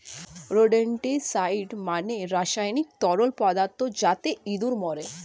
rodenticide মানে রাসায়নিক তরল পদার্থ যাতে ইঁদুর মরে